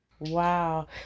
wow